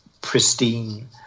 pristine